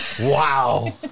Wow